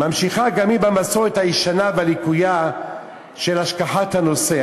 ממשיכה גם היא במסורת הישנה והלקויה של השכחת הנושא.